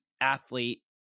athlete